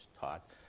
taught